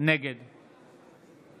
נגד